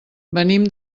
venim